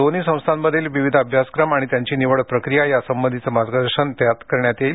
दोन्ही संस्थांमधील विविध अभ्यासक्रम आणि त्यांची निवड प्रक्रिया यासंबंधीचे मार्गदर्शन करण्यात येणार आहे